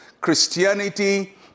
Christianity